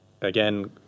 again